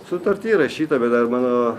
sutarty įrašyta bet dar mano